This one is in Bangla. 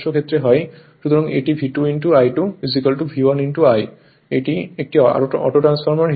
সুতরাং এটি V2 I2 V1 I একটি অটোট্রান্সফরমার হিসাবে